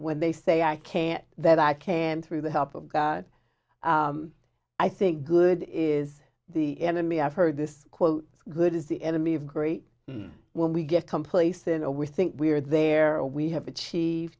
when they say i care that i care through the help of god i think good is the enemy i've heard this quote good is the enemy of great when we get complacent or we think we're there or we have achie